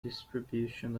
distribution